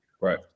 Right